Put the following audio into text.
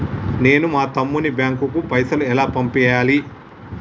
నేను మా తమ్ముని బ్యాంకుకు పైసలు ఎలా పంపియ్యాలి?